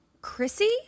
Chrissy